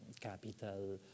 capital